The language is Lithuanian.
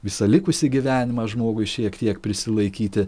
visą likusį gyvenimą žmogui šiek tiek prisilaikyti